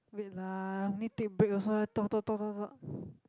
wait lah need take break also then talk talk talk talk talk